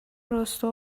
راستا